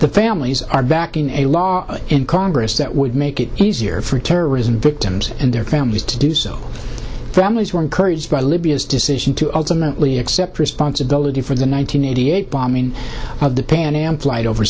the families are back in a law in congress that would make it easier for terrorism victims and their families to do so families were encouraged by libya's decision to ultimately accept responsibility for the one nine hundred eighty eight bombing of the pan am flight over